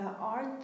art